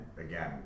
again